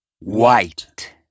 White